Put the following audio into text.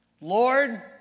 Lord